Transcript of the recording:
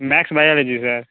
maths biology sir